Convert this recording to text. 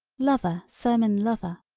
lover sermon lover,